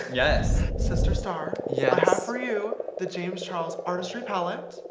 yes sister star yeah how for you the james charles artistry palette?